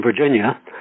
Virginia